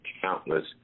countless